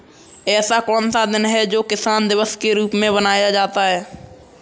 ऐसा कौन सा दिन है जो किसान दिवस के रूप में मनाया जाता है?